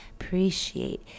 Appreciate